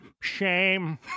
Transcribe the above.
shame